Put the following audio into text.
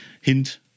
hint